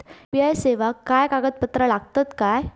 UPI सेवाक काय कागदपत्र लागतत काय?